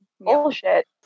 bullshit